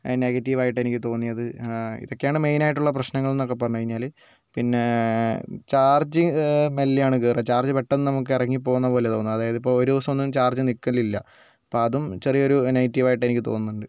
negative ആയിട്ട് എനിക്ക് തോന്നിയത് ഇതൊക്കെയാണ് മെയിൻ ആയിട്ടുള്ള പ്രശ്നങ്ങൾ എന്നൊക്കെ പറഞ്ഞ് കഴിഞ്ഞാൽ പിന്നെ ചാർജ്ജ് മെല്ലെയാണ് കയറുക ചാർജ്ജ് പെട്ടെന്ന് നമുക്ക് ഇറങ്ങി പോവുന്നത് പോലെ തോന്നുക അതായത് ഇപ്പം ഒരു ദിവസം ഒന്നും ചാർജ്ജ് നിൽക്കലില്ല അപ്പം അതും ചെറിയൊരു നെഗറ്റീവ് ആയിട്ട് എനിക്ക് തോന്നുന്നുണ്ട്